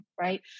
right